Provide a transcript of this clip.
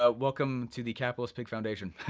ah welcome to the capitalist big foundation.